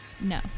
No